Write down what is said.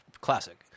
classic